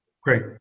Great